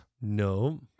No